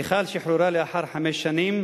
מיכל שוחררה לאחר חמש שנים,